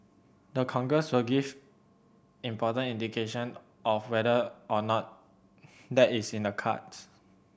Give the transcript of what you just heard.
the Congress will give important indication of whether or not that is in the cards